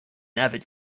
avid